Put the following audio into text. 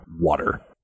water